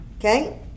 okay